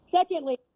Secondly